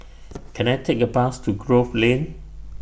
Can I Take A Bus to Grove Lane